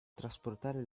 trasportare